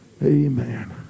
Amen